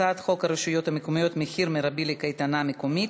הצעת חוק הרשויות המקומיות (מחיר מרבי לקייטנה מקומית),